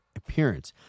appearance